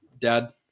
Dad